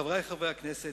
חברי חברי הכנסת,